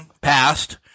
passed